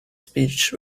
speech